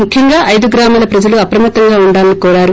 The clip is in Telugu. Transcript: ముఖ్యంగా అయిదు గ్రామాల ప్రజలు అప్రమత్తంగా ఉండాలని కోరారు